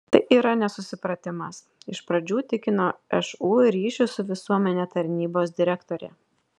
tai yra nesusipratimas iš pradžių tikino šu ryšių su visuomene tarnybos direktorė